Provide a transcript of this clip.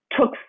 took